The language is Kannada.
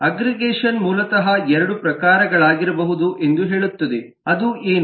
ಅಗ್ಗ್ರಿಗೇಷನ್ ಮೂಲತಃ 2 ಪ್ರಕಾರಗಳಾಗಿರಬಹುದು ಎಂದು ಹೇಳುತ್ತದೆ ಅದು ಏನು